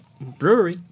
brewery